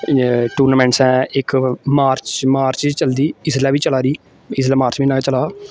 tournaments ऐ इक March March च चलदी इसलै बी चला दी इसलै मार्च म्हीना चला दा